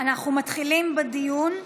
אנחנו מתחילים בדיון.